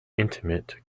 intimate